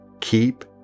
keep